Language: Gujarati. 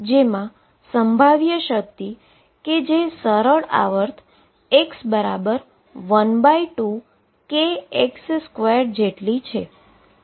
જેમા પોટેંશિઅલ કે જે સિમ્પલ હાર્મોનીક x12kx2 જેટલી છે